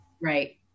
Right